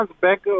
back